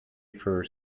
for